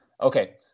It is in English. okay